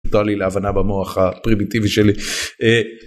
נודע לי להבנה במוח הפרימיטיבי שלי.